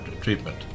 treatment